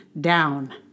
down